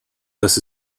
das